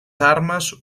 armes